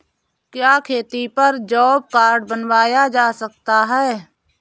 क्या खेती पर जॉब कार्ड बनवाया जा सकता है?